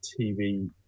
TV